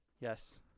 Yes